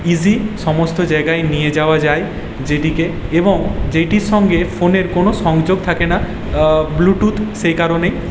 easy সমস্ত জায়গায় নিয়ে যাওয়া যায় যেটিকে এবং যেটির সঙ্গে ফোনের কোন সংযোগ থাকে না ব্লুটুথ সে কারণেই